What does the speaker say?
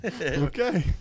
Okay